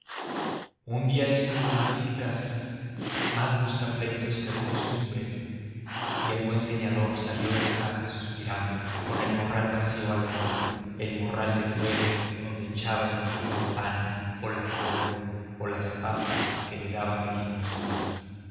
un día estuvo masicas más buscapleitos que de costumbre y el buen leñador salió de la casa suspirando con el morral vacío al hombro el morral de cuero donde echaba el pico de pan o la col o las papas que le daban de limosna